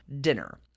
dinner